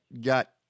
got